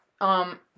Um-